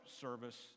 service